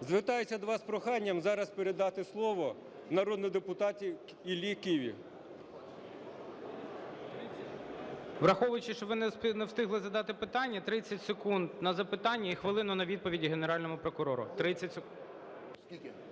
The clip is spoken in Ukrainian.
звертаюсь до вас із проханням зараз передати слово народному депутату Іллі Киві. ГОЛОВУЮЧИЙ. Враховуючи, що ви не встигли задати питання, 30 секунд – на запитання і хвилину – на відповіді Генеральному прокурору,